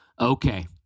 Okay